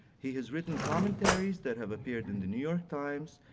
he has written commentaries that have appeared in the new york times,